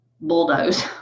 bulldoze